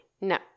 No